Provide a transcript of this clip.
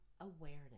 awareness